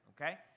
okay